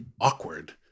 awkward